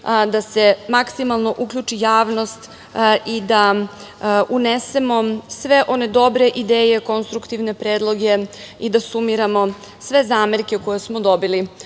da se maksimalno uključi javnost, i da unesemo sve one dobre ideje, konstruktivne predloge i da sumiramo sve zamerke koje smo dobili